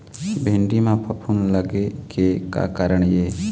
भिंडी म फफूंद लगे के का कारण ये?